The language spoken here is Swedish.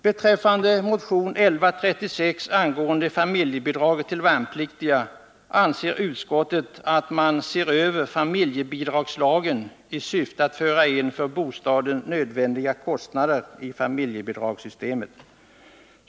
Beträffande motion 1136 om familjebidrag till värnpliktiga anser utskottet att man skall se över familjebidragslagen i syfte att föra in för bostaden nödvändiga kostnader i familjebidragssystemet.